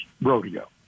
rodeo